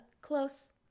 Close